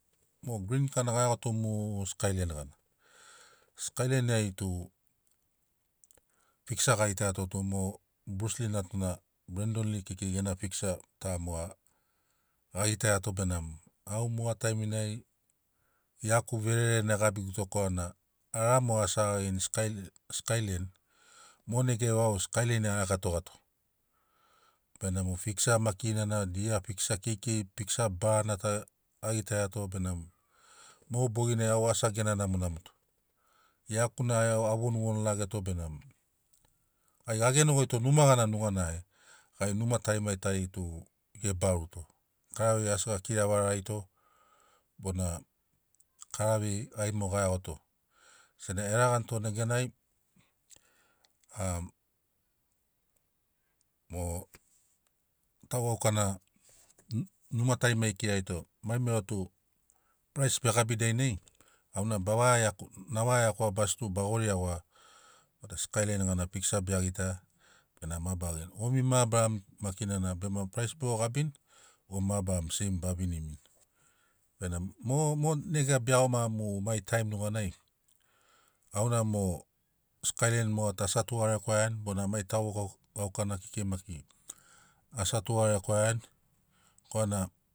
Mo grin ka nag a iagoto mu skailain gana skailaini ai tu piksa ga gitaia to tum o brus li natuna brendon li gena piksa ta moga ga gitaiato benamo au moga taiminai iaku verere na e gabigu to korana ara mo a segagini skai skailain mo negai vau skailen ai vau a raka togato benamo piksa makina na dia piksa keikeiri piksa barana ta a gitaiato benamo mo boginai au asi a gena namonamo to iaku na a vonuvonu rageto benamo gai ga geno goito numa gana nuganai gai numa tarimari tari ge baru to kara vei asi ga kira vararito bona karavei gai moga iagoto senagi e laganito neganai au mo tau gaukana mm- numa tarimari e kirarito mai mero tu prize be gabi dainai au na baga vaga iaku na vaga iaku basi tub a gori iagoa vada skailain gana piksa be iagita benamo ma baga genogi gomi mabarari makina na bema prize bogo gabini goi mabarami same ba vinimi benamo mo mo nega be iagoma mu mai taim nuganai auna mo skailain moga tu asi a tugalekwaiani bona mai tau gau- gaukana kekei maki as a tugarekwaiani korana